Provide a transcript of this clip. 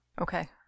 Okay